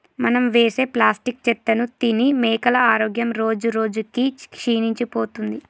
మనం వేసే ప్లాస్టిక్ చెత్తను తిని మేకల ఆరోగ్యం రోజురోజుకి క్షీణించిపోతుంది